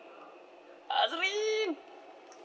azrin